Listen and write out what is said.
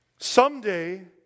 Someday